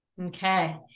Okay